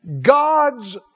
God's